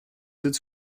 its